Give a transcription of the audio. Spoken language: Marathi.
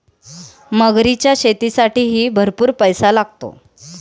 मगरीच्या शेतीसाठीही भरपूर पैसा लागतो